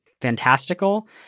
fantastical